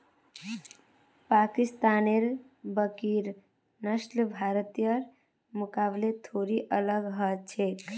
पाकिस्तानेर बकरिर नस्ल भारतीयर मुकाबले थोड़ी अलग ह छेक